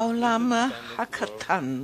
בעולם הקטן,